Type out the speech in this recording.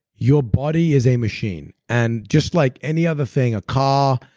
your body is a machine and just like any other thing, a car,